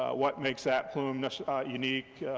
what makes that plume unique,